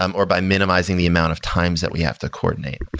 um or by minimizing the amount of times that we have to coordinate.